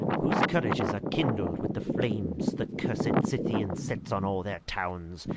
whose courages are kindled with the flames the cursed scythian sets on all their towns,